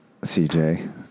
CJ